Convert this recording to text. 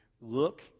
Look